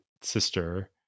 sister